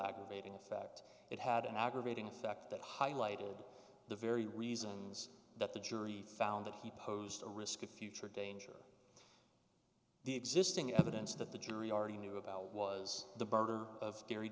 aggravating effect it had an aggravating effect that highlighted the very reasons that the jury found that he posed a risk of future danger the existing evidence that the jury already knew about was the birder of